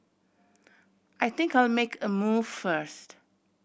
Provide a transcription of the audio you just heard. I think I'll make a move first